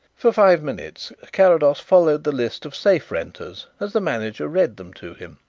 for five minutes carrados followed the list of safe-renters as the manager read them to him.